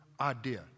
idea